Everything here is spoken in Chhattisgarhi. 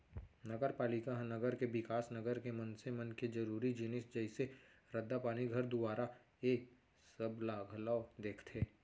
नगरपालिका ह नगर के बिकास, नगर के मनसे मन के जरुरी जिनिस जइसे रद्दा, पानी, घर दुवारा ऐ सब ला घलौ देखथे